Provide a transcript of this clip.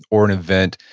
or an event,